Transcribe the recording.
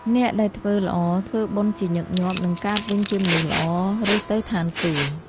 អ្នកដែលធ្វើល្អធ្វើបុណ្យជាញឹកញាប់ នឹងកើតវិញជាមនុស្សល្អ ឬទៅឋានសួគ៍។